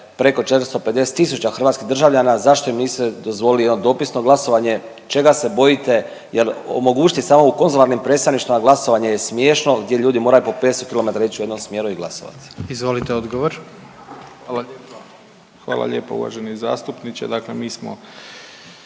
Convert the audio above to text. preko 450 tisuća hrvatskih državljana. Zašto im niste dozvolili jedno dopisno glasovanje? Čega se bojite jer, omogućiti samo u konzularnim predstavništvima glasovanje je smiješno gdje ljudi moraju po 500 km ići u jednom smjeru i glasovati. **Jandroković, Gordan